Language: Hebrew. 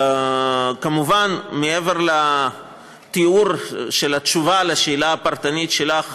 כמובן, מעבר לתיאור בתשובה על השאלה הפרטנית שלך,